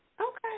Okay